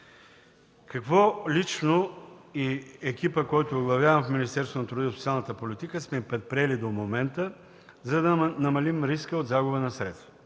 Какво лично и екипът, който оглавявам в Министерството на труда и социалната политика, сме предприели до момента, за да намалим риска от загуба на средства?